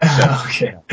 Okay